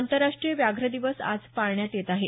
आंतरराष्ट्रीय व्याघ्र दिवस आज पाळण्यात येत आहे